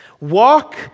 walk